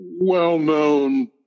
well-known